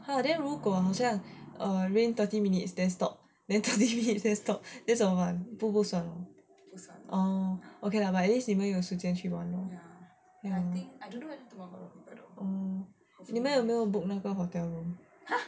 !huh! then 如果好像 rain thirty minutes then stop then rain thirty minutes then stop then 怎么办不算 okay lah but at least 你们有时间去玩你们有没有 book 那个 hotel